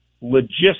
logistics